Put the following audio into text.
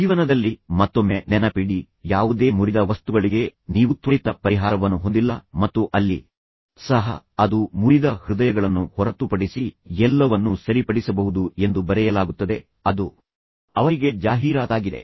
ಜೀವನದಲ್ಲಿ ಮತ್ತೊಮ್ಮೆ ನೆನಪಿಡಿ ಯಾವುದೇ ಮುರಿದ ವಸ್ತುಗಳಿಗೆ ನೀವು ತ್ವರಿತ ಪರಿಹಾರವನ್ನು ಹೊಂದಿಲ್ಲ ಮತ್ತು ಅಲ್ಲಿ ಸಹ ಅದು ಮುರಿದ ಹೃದಯಗಳನ್ನು ಹೊರತುಪಡಿಸಿ ಎಲ್ಲವನ್ನೂ ಸರಿಪಡಿಸಬಹುದು ಎಂದು ಬರೆಯಲಾಗುತ್ತದೆ ಅದು ಅವರಿಗೆ ಜಾಹೀರಾತಾಗಿದೆ